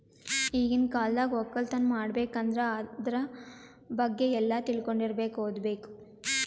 ಈಗಿನ್ ಕಾಲ್ದಾಗ ವಕ್ಕಲತನ್ ಮಾಡ್ಬೇಕ್ ಅಂದ್ರ ಆದ್ರ ಬಗ್ಗೆ ಎಲ್ಲಾ ತಿಳ್ಕೊಂಡಿರಬೇಕು ಓದ್ಬೇಕು